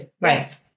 Right